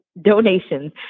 donations